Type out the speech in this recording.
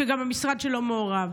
וגם המשרד שלו מעורב.